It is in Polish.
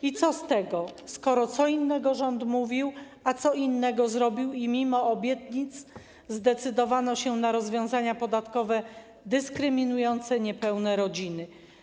I co z tego, skoro co innego rząd mówił, a co innego zrobił, i mimo obietnic zdecydował się na rozwiązania podatkowe dyskryminujące niepełne rodziny?